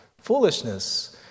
foolishness